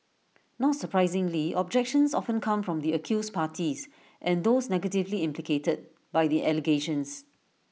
not surprisingly objections often come from the accused parties and those negatively implicated by the allegations